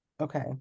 Okay